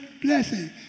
blessing